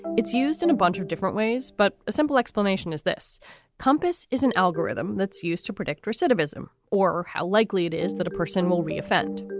it's used in a bunch of different ways. but a simple explanation is this compass is an algorithm that's used to predict recidivism or how likely it is that a person will re-offend.